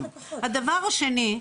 הדבר השני,